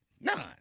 None